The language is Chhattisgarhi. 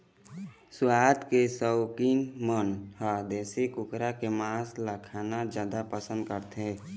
सुवाद के सउकीन मन ह देशी कुकरा के मांस ल खाना जादा पसंद करथे